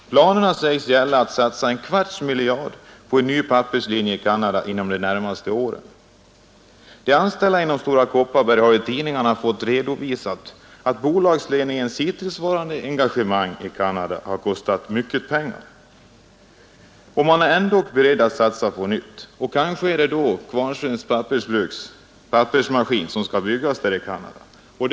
Planerna sägs gälla att satsa en kvarts miljard på en ny papperslinje i Canada inom de närmaste åren. De anställda inom Stora Kopparberg har i tidningarna fått redovisat att bolagsledningens hittillsvarande engagemang i Canada har kostat mycket pengar. Man är ändå beredd att satsa på nytt, och kanske är det då Kvarnsvedens pappersbruks pappermaskin som skall byggas i Canada.